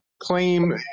claim